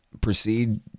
proceed